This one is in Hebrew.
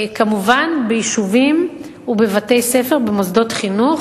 כמובן ביישובים ובבתי-ספר ובמוסדות חינוך